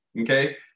Okay